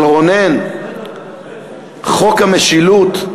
אבל, רונן, חוק המשילות,